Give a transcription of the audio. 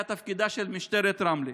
היה תפקידה של משטרת רמלה.